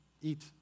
eat